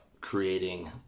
creating